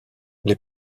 les